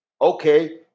Okay